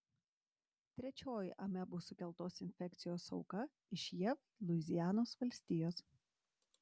trečioji amebų sukeltos infekcijos auka iš jav luizianos valstijos